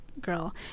girl